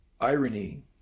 irony